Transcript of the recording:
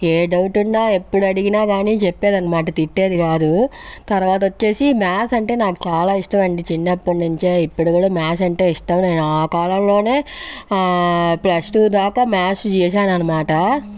ఏ doubt ఉన్న ఎప్పుడు అడిగినా కాని చెప్పేదనమాట తిట్టేది కాదు తర్వాత వచ్చేసి మ్యాథ్స్ అంటే నాకు చాలా ఇష్టమండి చిన్నప్పటినుంచి ఇప్పుడు కూడా నాకు మ్యాథ్స్ అంటే ఇష్టం నేను ఆ కాలంలోనే ప్లస్ టు దాకా మ్యాథ్స్ చేశాను అనమాట